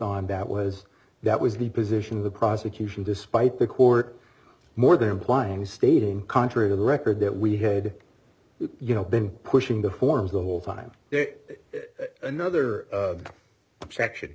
on that was that was the position of the prosecution despite the court more than implying stating contrary to the record that we had you know been pushing the forms the whole time there's another section